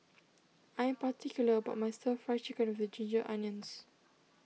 I am particular about my Stir Fry Chicken with the Ginger Onions